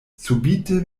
subite